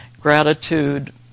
gratitude